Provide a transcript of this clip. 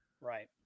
Right